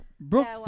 Brooke